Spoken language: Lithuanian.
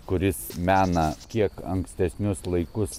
kuris mena kiek ankstesnius laikus